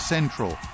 Central